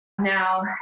Now